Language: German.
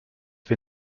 wir